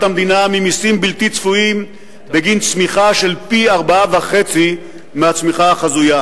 המדינה ממסים בלתי צפויים בגין צמיחה של פי-4.5 מהצמיחה החזויה.